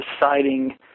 deciding